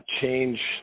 change